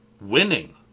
winning